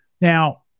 Now